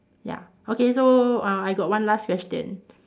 ya okay so uh I got one last question